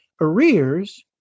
Arrears